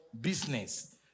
business